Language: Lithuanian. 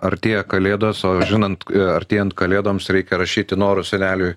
artėja kalėdos o žinant artėjant kalėdoms reikia rašyti norus seneliui